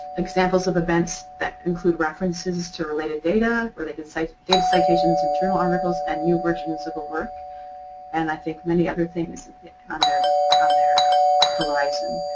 examples of events that include references to related data, where they can cite data citations in journal articles and new versions of the work and, i think, many other things on their on their horizon.